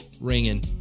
ringing